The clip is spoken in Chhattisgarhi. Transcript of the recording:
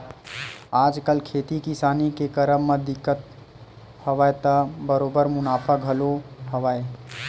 आजकल खेती किसानी के करब म दिक्कत हवय त बरोबर मुनाफा घलो हवय